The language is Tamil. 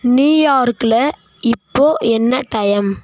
நியூயார்க்கில் இப்போது என்ன டையம்